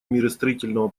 миростроительного